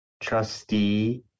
Trustee